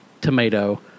tomato